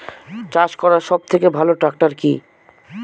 চাষ করার জন্য সবথেকে ভালো ট্র্যাক্টর কি?